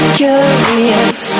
curious